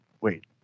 Wait